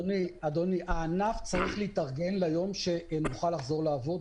אדוני, הענף צריך להתארגן ליום שנוכל לחזור לעבוד.